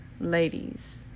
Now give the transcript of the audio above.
ladies